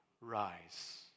rise